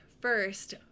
first